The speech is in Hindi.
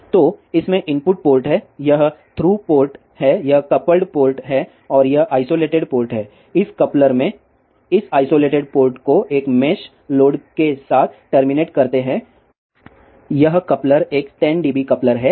तो इसमें इनपुट पोर्ट है यह थ्रू पोर्ट है यह कपल्ड पोर्ट है और यह आईसोलेटेड पोर्ट है इस कपलर में इस आईसोलेटेड पोर्ट को एक मेश लोड के साथ टर्मिनेट करते है यह कपलर एक 10 डीबी कपलर है